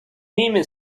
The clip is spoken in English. him